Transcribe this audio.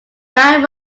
line